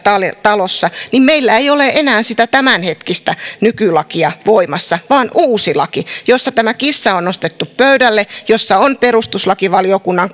talossa niin meillä ei ole enää sitä tämänhetkistä nykylakia voimassa vaan uusi laki josta tämä kissa on nostettu pöydälle josta on perustuslakivaliokunnan